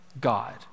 God